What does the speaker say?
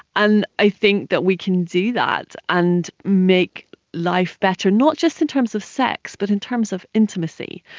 and i think that we can do that and make life better not just in terms of sex but in terms of intimacy,